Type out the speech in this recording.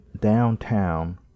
downtown